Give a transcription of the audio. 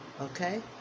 Okay